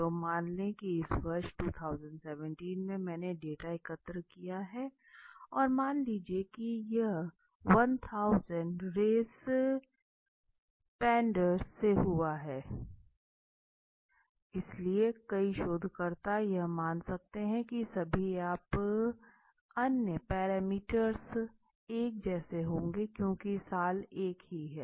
तो मान लें कि इस वर्ष 2017 में मैंने डेटा एकत्र किया है और मान लीजिए कि यह 1000 रेस पॉन्डेंट्स से हुआ है इसलिए कोई शोधकर्ता यह मान सकते हैं कि सभी आप अन्य पैरामीटर्स एक जैसे होंगे क्योंकि साल एक ही है